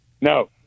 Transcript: no